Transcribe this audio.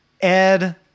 Ed